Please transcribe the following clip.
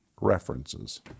references